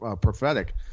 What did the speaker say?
prophetic